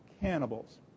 cannibals